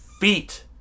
feet